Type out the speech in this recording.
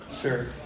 Sure